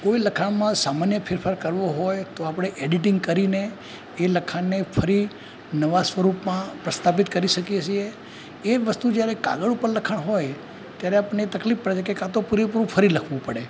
કોઈ લખાણમાં સામાન્ય ફેરફાર કરવો હોય તો આપણે ઍડિટિંગ કરીને એ લખાણને ફરી નવાં સ્વરૂપમાં પ્રસ્થાપિત કરી શકીએ છીએ એ વસ્તુ જ્યારે કાગળ ઉપર લખાણ હોય ત્યારે આપણને તકલીફ પડે છે કાં તો પૂરેપૂરું ફરી લખવું પડે